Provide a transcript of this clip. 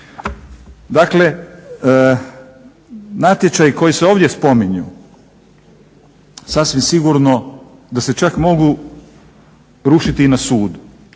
Dakle, natječaj koji se ovdje spominju sasvim sigurno da se čak mogu rušiti i na sudu